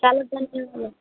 చాలా ధన్యవాదాలు